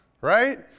right